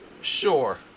sure